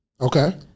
Okay